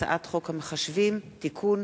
הצעת חוק המחשבים (תיקון)